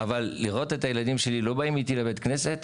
אבל לראות את הילדים שלי לא באים איתי לבית כנסת,